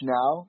now